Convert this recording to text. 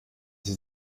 sie